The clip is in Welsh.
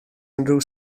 unrhyw